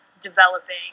developing